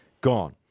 Gone